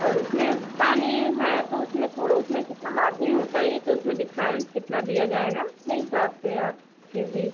और उसमें पानी है तो उसमें थोड़ उसमें कितना मार्जिन होता है यह तो उसमें डिस्काउन्ट कितना दिया जाएगा अपने हिसाब से आप फ़िर भी